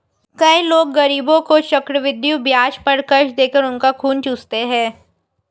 कई लोग गरीबों को चक्रवृद्धि ब्याज पर कर्ज देकर उनका खून चूसते हैं